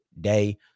day